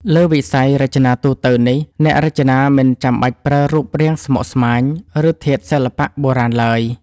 លើវិស័យរចនាទូទៅនេះ អ្នករចនាមិនចាំបាច់ប្រើរូបរាងស្មុគស្មាញ ឬធាតុសិល្បៈបុរាណ ឡើយ